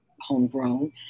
homegrown